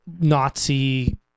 Nazi